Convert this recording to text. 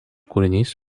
kūrinys